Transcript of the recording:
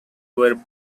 were